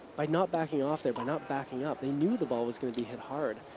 by not backing off there, by not backing up, they knew the ball was gonna be hit hard.